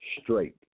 straight